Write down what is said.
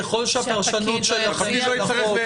ככל שהפרשנות שלכם של החוק,